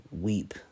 weep